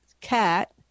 cat